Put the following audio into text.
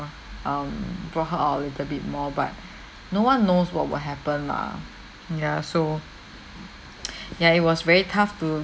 um brought her out a little bit more but no one knows what will happen lah ya so ya it was very tough to